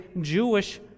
jewish